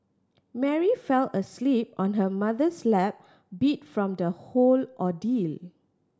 Mary fell asleep on her mother's lap beat from the whole ordeal